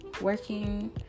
working